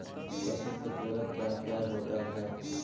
पशु के पुरक क्या क्या होता हो?